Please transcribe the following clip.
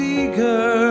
eager